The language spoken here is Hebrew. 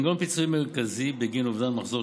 מנגנון פיצויים מרכזי בגין אובדן מחזור